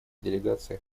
делегация